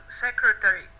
secretary